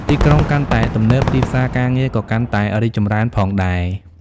ទីក្រុងកាន់តែទំនើប ទីផ្សារការងារក៏កាន់តែរីកចម្រើនផងដែរ។